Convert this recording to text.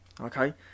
okay